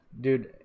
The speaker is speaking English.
Dude